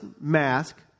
mask